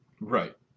Right